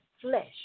flesh